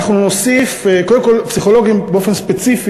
אתה תוסיף עוד תקנים של פסיכולוגים לבתי-הספר?